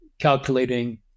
Calculating